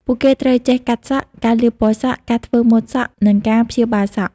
ពួកគេត្រូវចេះកាត់សក់ ការលាបពណ៌សក់ ការធ្វើម៉ូដសក់ និងការព្យាបាលសក់។